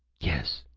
yes.